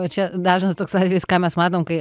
čia dažnas toks atvejis ką mes matom kai